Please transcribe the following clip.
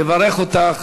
יברך אותך